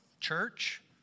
church